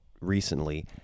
recently